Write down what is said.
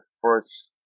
first